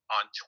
on